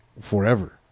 forever